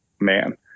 man